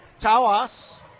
Tawas